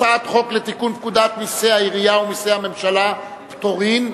הצעת חוק לתיקון פקודת מסי העירייה ומסי הממשלה (פטורין)